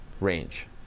range